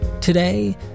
Today